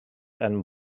and